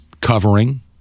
covering